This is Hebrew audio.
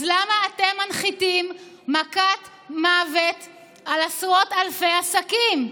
אז למה אתם מנחיתים מכת מוות על עשרות אלפי עסקים?